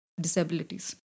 disabilities